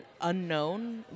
unknown